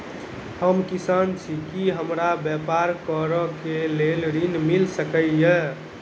हम किसान छी की हमरा ब्यपार करऽ केँ लेल ऋण मिल सकैत ये?